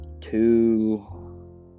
Two